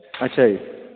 ਅੱਛਾ ਜੀ